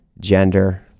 gender